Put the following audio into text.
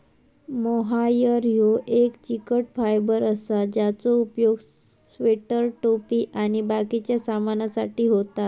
mohair ह्यो एक चिकट फायबर असा ज्याचो उपयोग स्वेटर, टोपी आणि बाकिच्या सामानासाठी होता